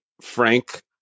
Frank